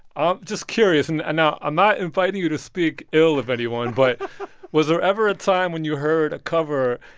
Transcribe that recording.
i'm just curious and and now, i'm not inviting you to speak ill of anyone. but was there ever a time when you heard a cover,